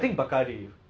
ma~ malay ah